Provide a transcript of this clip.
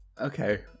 okay